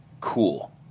cool